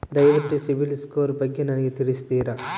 ದಯವಿಟ್ಟು ಸಿಬಿಲ್ ಸ್ಕೋರ್ ಬಗ್ಗೆ ನನಗೆ ತಿಳಿಸ್ತೀರಾ?